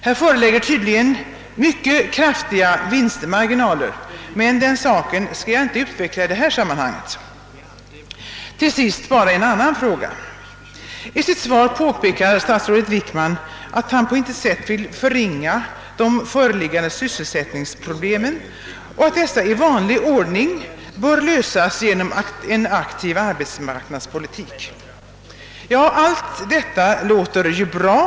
Där finns det tydligen mycket breda vinstmarginaler. Den saken skall jag dock inte närmare utveckla i detta sammanhang. Så till slut en annan sak. I sitt svar påpekar statsrådet Wickman att han på intet sätt vill förringa de föreliggande sysselsättningsproblemen men att de bör lösas i vanlig ordning genom en aktiv arbetsmarknadspolitik. Det låter ju bra.